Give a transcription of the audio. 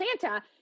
Santa